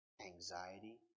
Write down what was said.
anxiety